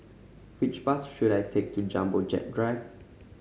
which bus should I take to Jumbo Jet Drive